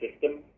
System